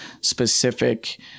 specific